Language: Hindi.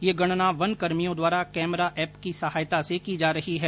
यह गणना वनकर्मियों द्वारा कैमरा एप की सहायता से की जा रही है